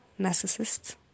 narcissists